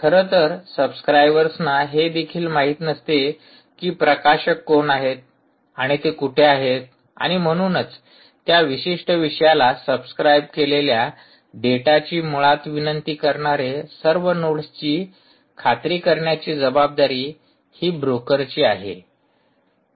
खरं तर सब्सक्राइबर्सना हे देखील माहिती नसते कि प्रकाशक कोण आहेत आणि ते कुठे आहेत आणि म्हणूनच त्या विशिष्ट विषयाला सबस्क्राइब केलेल्या डेटाची मुळात विनंती करणारे सर्व नोड्सची खात्री करण्याची जबाबदारी ही ब्रोकरची आहे